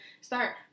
start